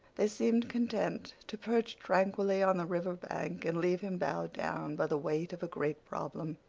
they seemed content to perch tranquilly on the river bank, and leave him bowed down by the weight of a great problem.